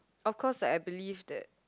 of course like I believe that